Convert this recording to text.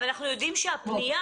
אבל אנחנו יודעים שהפנייה,